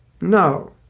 No